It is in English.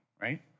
right